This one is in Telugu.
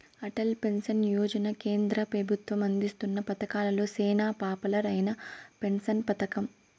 అటల్ పెన్సన్ యోజన కేంద్ర పెబుత్వం అందిస్తున్న పతకాలలో సేనా పాపులర్ అయిన పెన్సన్ పతకం